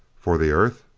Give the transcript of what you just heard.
for the earth?